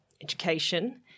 education